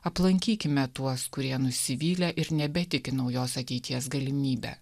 aplankykime tuos kurie nusivylę ir nebetiki naujos ateities galimybe